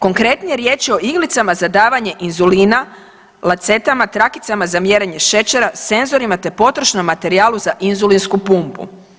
Konkretnije riječ je o iglicama za davanje inzulina lancetama, trakicama za mjerenje šećera, senzorima, te potrošnom materijalu za inzulinsku pumpu.